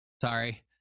sorry